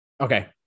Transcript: okay